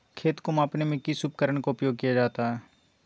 खेत को मापने में किस उपकरण का उपयोग किया जाता है?